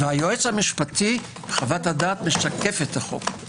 והיועץ המשפטי חוות הדעת משקפת את החוק.